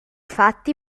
fatti